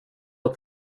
att